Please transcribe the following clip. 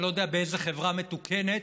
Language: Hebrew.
אני לא יודע באיזה חברה מתוקנת